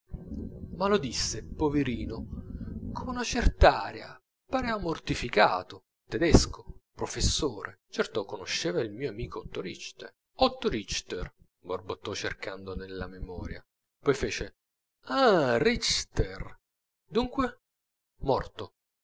ma lo disse poverino con una cert'aria pareva mortificato tedesco professore certo conosceva il mio amico otto richter otto richter borbottò cercando nella memoria poi fece ah richter dunque morto